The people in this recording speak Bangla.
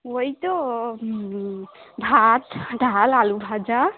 ওই তো ভাত ডাল আলু ভাজা